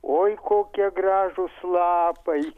oi kokie gražūs lapai